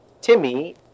Timmy